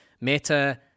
Meta